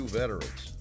veterans